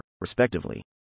respectively